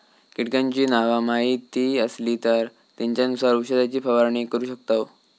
कीटकांची नावा माहीत असली तर त्येंच्यानुसार औषधाची फवारणी करू शकतव